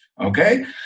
Okay